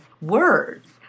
words